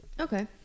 Okay